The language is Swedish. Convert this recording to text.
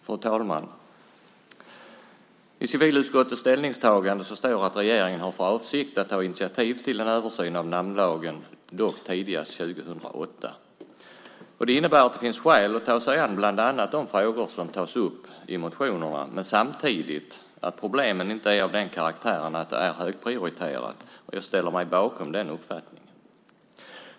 Fru talman! I civilutskottets ställningstagande står det att regeringen har för avsikt att ta initiativ till en översyn av namnlagen - dock tidigast 2008. Det innebär att det finns skäl att ta sig an bland annat de frågor som tas upp i motionerna, men samtidigt att problemen inte är av den karaktären att det är högprioriterat. Jag ställer mig bakom den uppfattningen.